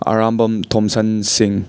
Arambam Thomson ꯁꯤꯡ